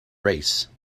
race